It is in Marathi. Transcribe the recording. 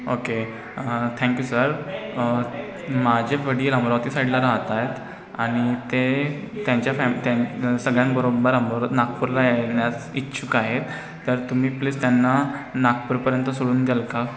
ओके थँक्यू सर माझे वडील अमरावती साईडला राहत आहेत आणि ते त्यांच्या फॅम त्यां सगळ्यांबरोबर अम नागपूरला येण्यास इच्छूक आहेत तर तुम्ही प्लीज त्यांना नागपूरपर्यंत सोडून द्याल का